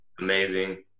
amazing